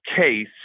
case